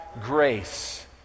grace